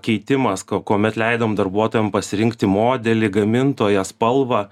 keitimas k kuomet leidom darbuotojam pasirinkti modelį gamintoją spalvą